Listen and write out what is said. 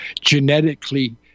genetically